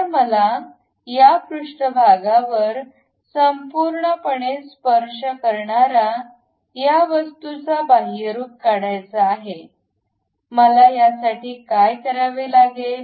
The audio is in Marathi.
तर मला या पृष्ठभागावर संपूर्णपणे स्पर्श करणारा या वस्तूचा बाह्यरुप काढायचा आहे मला यासाठी काय परत करावे लागेल